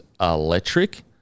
electric